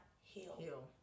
heal